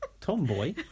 Tomboy